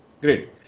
Great